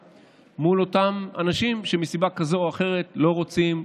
באותם אנשים שמסיבה כזאת או אחרת לא רוצים,